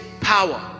power